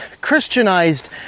Christianized